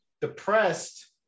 depressed